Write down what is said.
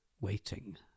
waiting